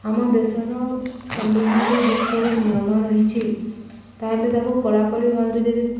ଆମ ଦେଶର ସମ୍ବିଧାନରେ ଯେଉଁ ସବୁ ନିୟମ ରହିଛି ତାହେଲେ ତାକୁ କଡ଼ାକଡ଼ି ଭାବରେ ଯଦି